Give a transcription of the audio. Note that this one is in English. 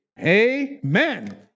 Amen